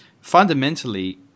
fundamentally